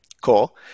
Cool